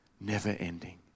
never-ending